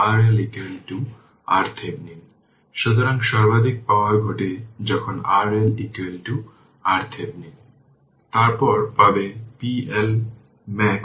একইভাবে iL2 এখানে 5 henry L1 ছিল 5 হেনরি এখানে এটি 20 হেনরি এবং এটি 0 থেকে t 96 e t 2 t dt তাই iL2 0 তাই এখানেও চিহ্ন আছে